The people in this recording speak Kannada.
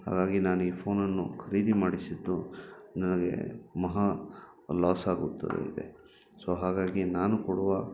ಹಾಗಾಗಿ ನಾನು ಈ ಫೋನನ್ನು ಖರೀದಿ ಮಾಡಿಸಿದ್ದು ನನಗೆ ಮಹಾ ಲಾಸ್ ಆಗುತ್ತಾ ಇದೆ ಸೊ ಹಾಗಾಗಿ ನಾನು ಕೊಡುವ